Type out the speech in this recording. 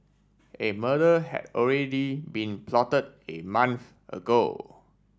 a murder had already been plotted a month ago